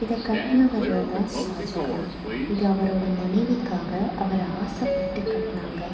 இதை கட்டினவரு தான் ஷாஜகான் இது அவரோடய மனைவிக்காக அவர் ஆசைப்பட்டு கட்டினாங்க